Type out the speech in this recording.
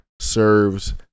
serves